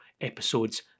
episodes